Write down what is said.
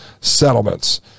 settlements